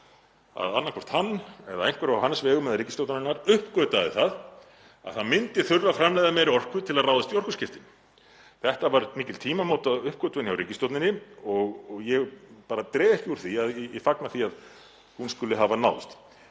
að annaðhvort hann eða einhver á hans vegum eða ríkisstjórnarinnar uppgötvaði að það myndi þurfa að framleiða meiri orku til að ráðast í orkuskiptin. Þetta var mikil tímamótauppgötvun hjá ríkisstjórninni og ég dreg ekki úr því að ég fagna því að hún skuli hafa náðst.